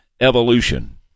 evolution